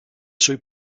suoi